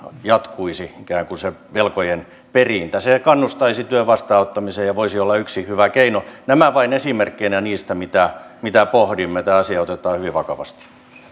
ikään kuin jatkuisi se velkojen perintä se kannustaisi työn vastaanottamiseen ja voisi olla yksi hyvä keino nämä vain esimerkkeinä niistä mitä mitä pohdimme tämä asia otetaan hyvin vakavasti tähän kysymykseen